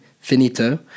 finito